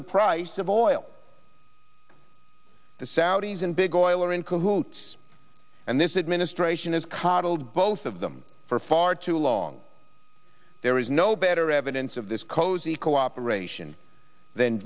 the price of oil the saudis and big oil are in cahoots and this administration has coddled both of them for far too long there is no better evidence of this cozy cooperation than